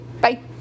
Bye